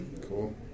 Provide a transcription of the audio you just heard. Cool